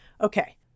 Okay